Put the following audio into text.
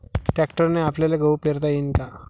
ट्रॅक्टरने आपल्याले गहू पेरता येईन का?